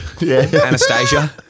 Anastasia